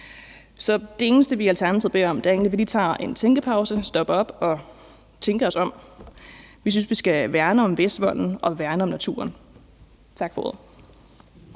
Det eneste, vi i Alternativet beder om, er egentlig, at vi lige tager en tænkepause og stopper op og tænker os om. Vi synes, at vi skal værne om Vestvolden og værne om naturen. Tak for ordet.